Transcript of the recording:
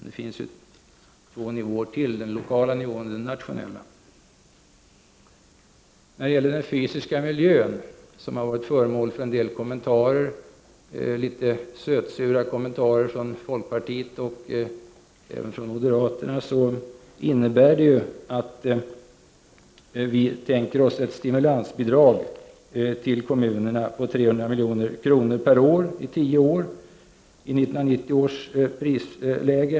Det finns ju två nivåer till, den lokala nivån och den nationella. När det gäller den fysiska miljön, som har varit föremål för litet sötsura kommentarer från folkpartiet och även från moderaterna, innebär ju uppgörelsen att vi tänker oss ett stimulansbidrag till kommunerna på 300 milj.kr. per år under tio år i 1990 års prisläge.